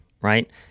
right